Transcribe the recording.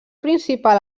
principal